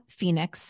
Phoenix